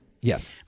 Yes